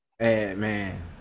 man